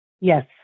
Yes